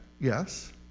Yes